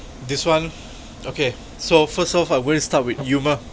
this one okay so first off I want to start with humour